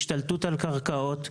השתלטות על קרקעות,